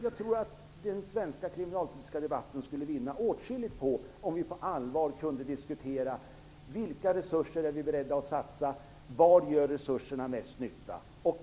Jag tror att den svenska kriminalpolitiska debatten skulle vinna åtskilligt på om vi på allvar kunde diskutera vilka resurser vi är beredda att satsa och var resurserna gör mest nytta.